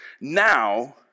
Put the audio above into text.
Now